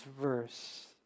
verse